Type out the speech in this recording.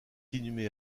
inhumée